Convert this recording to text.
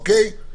אוקיי?